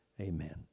Amen